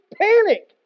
panic